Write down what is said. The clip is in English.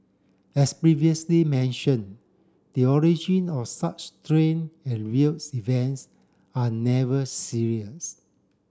as previously mentioned the origin of such strange and weird events are never serious